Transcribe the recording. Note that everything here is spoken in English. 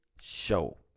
show